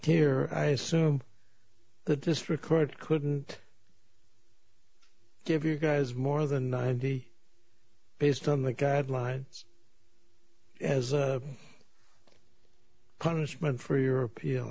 here i assume that this record couldn't give you guys more than ninety based on the guidelines as a punishment for europe you